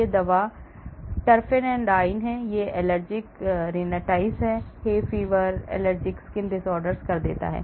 एक दवा terfenadine यह allergic rhinitis hay fever allergic skin disorders कर देता है